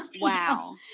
Wow